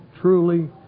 truly